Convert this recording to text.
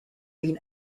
been